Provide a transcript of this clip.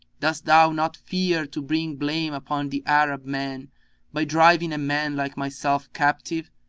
dost thou not fear to bring blame upon the arab men by driving a man like myself captive,